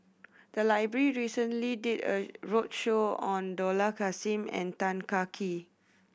the library recently did a roadshow on Dollah Kassim and Tan Kah Kee